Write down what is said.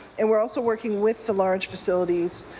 and we're also working with the large facilities